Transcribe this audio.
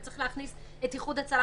וצריך להכניס גם את איחוד הצלה,